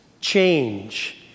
change